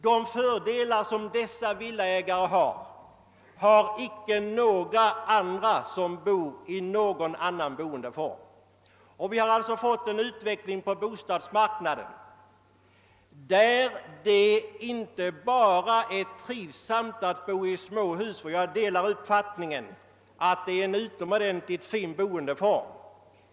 De fördelar som dessa villaägare har kan inte några andra som bor i någon annan boendeform utnyttja. Vi har med andra ord fått en ny utveckling på bostadsmarknaden. Det är inte bara trivsamt att bo i småhus. Jag delar uppfattningen att det är en utomordentlig boendeform.